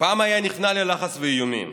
פעם היה נכנע ללחץ ואיומים,